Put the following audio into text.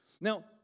Now